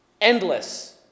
Endless